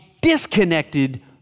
disconnected